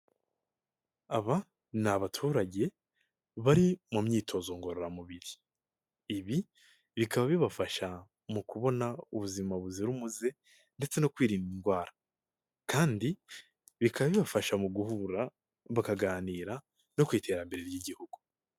Abaturage basobanutse bari mu myitozo ngororamubiri, ibi bikaba bibafasha mu kubona ubuzima buzira umuze ndetse no kwirinda indwara kandi bikabibafasha mu guhura bakaganira no ku iterambere ry'igihugu.